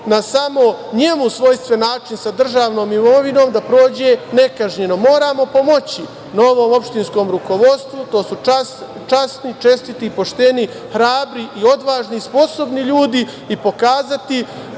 na samo njemu svojstven način, sa državnom imovinom da prođe nekažnjeno. Moramo pomoći opštinskom rukovodstvu, to su časni i čestiti i pošteni hrabri i odvažni i sposobni ljudi, i pokazati